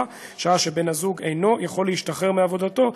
שעה שבן הזוג אינו יכול להשתחרר מעבודתו,